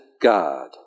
God